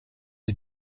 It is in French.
est